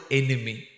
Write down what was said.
enemy